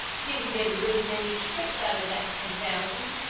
he will get a good many trips out of that ten thousand.